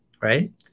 right